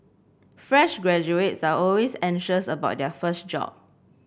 fresh graduates are always anxious about their first job